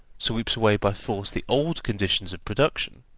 sweeps away by force the old conditions of production,